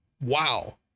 wow